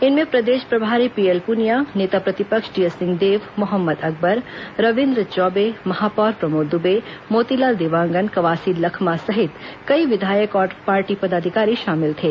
इनमें प्रदेश प्रभारी पीएल पुनिया नेता प्रतिपक्ष टीएस सिंहदेव मोहम्मद अकबर रविंद्र चौबे महापौर प्रमोद दुबे मोतीलाल देवांगन कवासी लखमा सहित कई विधायक और पार्टी पदाधिकारी शामिल थे